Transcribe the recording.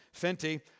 Fenty